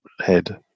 head